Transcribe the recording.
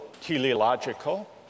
teleological